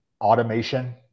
Automation